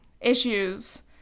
issues